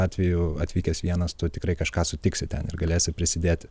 atveju atvykęs vienas tu tikrai kažką sutiksi ten ir galėsi prisidėti